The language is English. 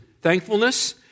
Thankfulness